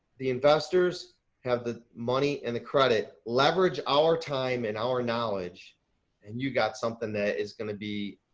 the investors have the money and the credit leverage our time and our knowledge and you got something that is going to be